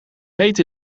heet